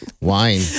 Wine